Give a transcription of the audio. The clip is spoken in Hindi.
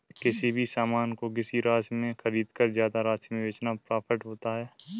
किसी भी सामान को किसी राशि में खरीदकर ज्यादा राशि में बेचना प्रॉफिट होता है